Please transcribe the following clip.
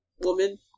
woman